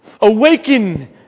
awaken